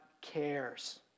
cares